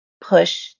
push